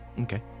Okay